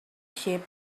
sheep